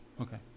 Okay